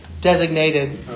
designated